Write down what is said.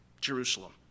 Jerusalem